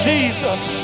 Jesus